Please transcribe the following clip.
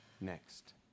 next